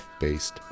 based